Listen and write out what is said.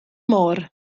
môr